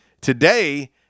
today